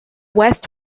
west